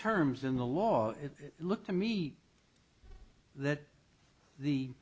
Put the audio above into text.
terms in the law it looked to me that the